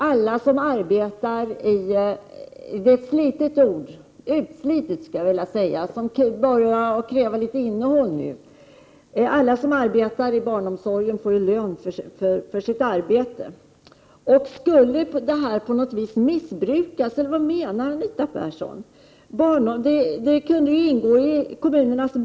Alla som arbetar i barnomsorgen — det är ett utslitet ord, som börjar kräva ett innehåll, tycker jag — får ju lön för sitt arbete. Skulle detta på något sätt missbrukas, eller vad menar Anita Persson?